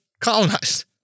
colonized